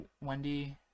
Wendy